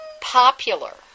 popular